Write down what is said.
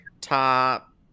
top